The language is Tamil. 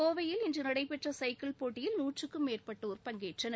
கோவையில் இன்று நடைபெற்ற சைக்கிள் போட்டியில் நூற்றுக்கும் மேற்பட்டோர் பங்கேற்றனர்